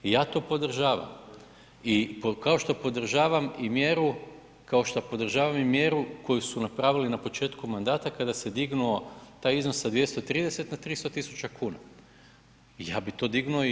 I ja to podržavam, kao što podržavam i mjeru, kao što podržavam i mjeru koju su napravili na početku mandata kada se dignuo taj iznos sa 230 na 300.000 kuna, ja bi to dignuo i još.